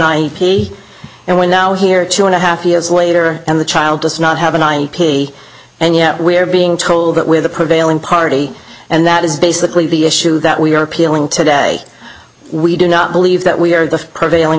i p and we're now here two and a half years later and the child does not have a nine p and yet we are being told that with the prevailing party and that is basically the issue that we are appealing today we do not believe that we are the prevailing